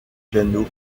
piano